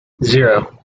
zero